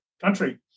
country